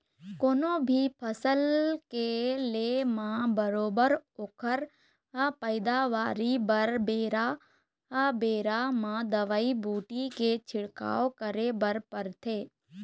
कोनो भी फसल के ले म बरोबर ओखर पइदावारी बर बेरा बेरा म दवई बूटी के छिड़काव करे बर परथे